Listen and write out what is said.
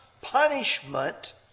punishment